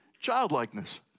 childlikeness